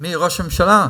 מי, ראש הממשלה?